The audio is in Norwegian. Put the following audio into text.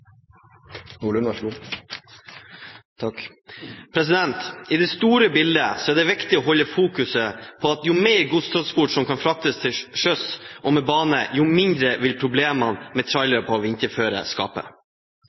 det viktig å fokusere på at jo mer godstransport som kan fraktes til sjøs og med bane, jo mindre problemer vil trailere på vinterføre skape.